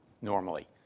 normally